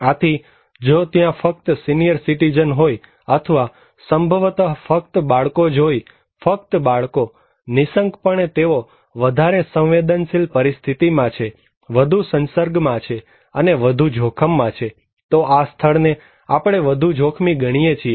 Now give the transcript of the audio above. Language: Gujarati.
આથી જો ત્યાં ફક્ત સિનિયર સિટીઝન હોય અથવા સંભવતઃ ફક્ત બાળકો જ હોય ફક્ત બાળકો નિશંકપણે તેઓ વધારે સંવેદનશિલ પરિસ્થિતિમાં છે વધુ સંસર્ગમાં અને વધુ જોખમમાં છે તો આ સ્થળને આપણે વધુ જોખમી ગણીએ છીએ